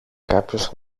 κάποιος